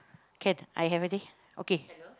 can are you ready okay